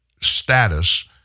status